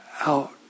out